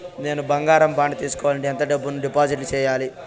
నేను బంగారం బాండు తీసుకోవాలంటే ఎంత డబ్బును డిపాజిట్లు సేయాలి?